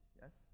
Yes